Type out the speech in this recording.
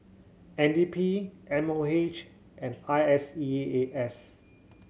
N D P M O H and I S E A S